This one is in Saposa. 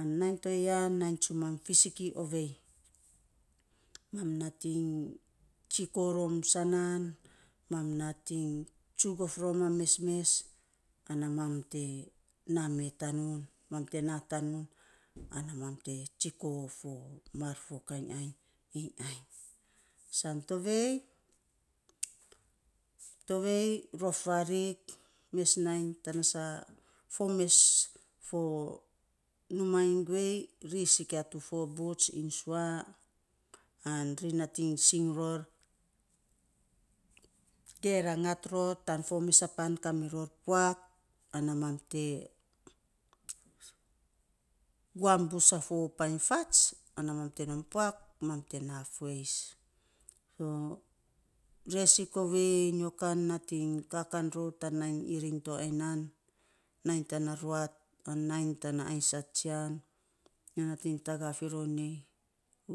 An nainy to ya, nainy tsumam fisiki ovei mam nating tsiko sanaan, mam nating tsug of rom a mesmes ana mam te na me tanun, mam te na tanum ana ma ta tsiko fo mar fokainy ainy iny ainy: san tovei, tovei, rof varik mes nainy tana sa, fo mes numa iny guei ri sikio tu fo bus iny sua an ri nating sing ror ge rangat ror tan fo mes a pan te kamiror puak ana mam te guam bus a fo painy fats ana mam te nom puak ana mam te na foeis so resik ovei nyo kan nating ka kan rou tan nainy iriny to ai nan nainy tana ruat an nainy tana ainysat tsian nyo nating taga fi rou nei